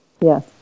Yes